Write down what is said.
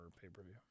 pay-per-view